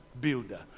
builder